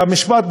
והמשפט,